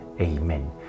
Amen